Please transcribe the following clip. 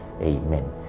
Amen